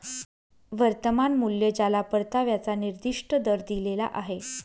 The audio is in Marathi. वर्तमान मूल्य ज्याला परताव्याचा निर्दिष्ट दर दिलेला आहे